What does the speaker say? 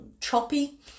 choppy